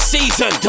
Season